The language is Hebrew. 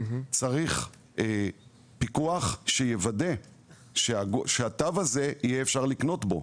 צריך פיקוח שיוודא שאפשר יהיה לקנות בתו הזה.